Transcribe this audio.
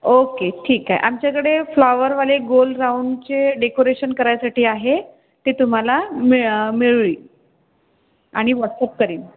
okay ठीक आहे आमच्याकडे फ्लावरवाले गोल राऊंडचे डेकोरेशन करायसाठी आहे ते तुम्हाला मिळू मिळवीन आणि व्हॉट्सअप करीन